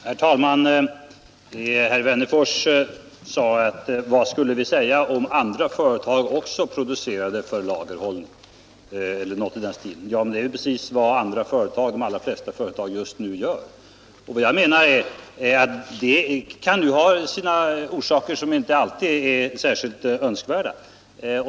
Herr talman! Herr Wennerfors undrade vad vi skulle säga om andra företag också producerade för lagerhållning. Det är ju precis vad de allra flesta företag just nu gör, och det kan ha orsaker som inte alltid är särskilt önskvärda.